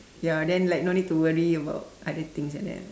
ya then like no need to worry about other things like that